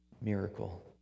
miracle